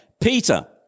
Peter